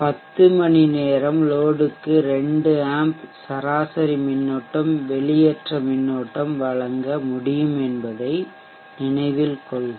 10 மணி நேரம் லோடுக்கு 2 ஆம்ப் சராசரி மின்னோட்டம் வெளியேற்ற மின்னோட்டம் வழங்க முடியும் என்பதை நினைவில் கொள்க